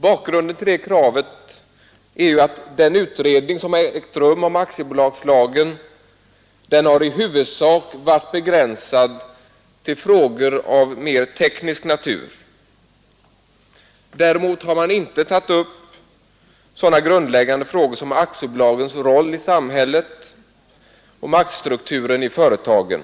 Bakgrunden till det kravet är att den utredning om aktiebolagslagen som ägt rum i huvudsak varit begränsad till frågor av mer teknisk natur. Däremot har man inte tagit upp sådana grundläggande frågor som aktiebolagens roll i samhället och maktstrukturen i företagen.